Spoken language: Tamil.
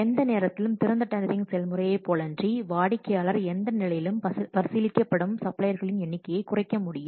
எந்த நேரத்திலும் திறந்த டெண்டரிங் செயல்முறையைப் போலன்றி வாடிக்கையாளர் எந்த நிலையிலும் பரிசீலிக்கப்படும் சப்ளையர்களின் எண்ணிக்கையை குறைக்க முடியும்